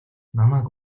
намайг